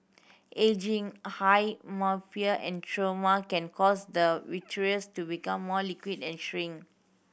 ageing high myopia and trauma can cause the vitreous to become more liquid and shrink